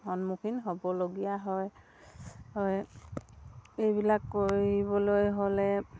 সন্মুখীন হ'বলগীয়া হয় হয় এইবিলাক কৰিবলৈ হ'লে